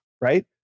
right